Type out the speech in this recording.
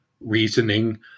reasoning